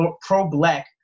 pro-black